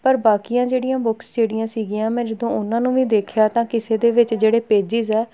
ਪਰ ਬਾਕੀਆਂ ਜਿਹੜੀਆਂ ਬੁੱਕਸ ਜਿਹੜੀਆਂ ਸੀਗੀਆਂ ਮੈਂ ਜਦੋਂ ਉਹਨਾਂ ਨੂੰ ਵੀ ਦੇਖਿਆ ਤਾਂ ਕਿਸੇ ਦੇ ਵਿੱਚ ਜਿਹੜੇ ਪੇਜਿਸ ਹੈ